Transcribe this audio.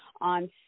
on